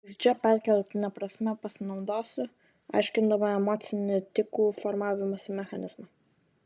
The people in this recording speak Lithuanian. vaizdžia perkeltine prasme pasinaudosiu aiškindama emocinį tikų formavimosi mechanizmą